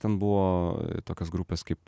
ten buvo tokios grupės kaip